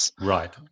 Right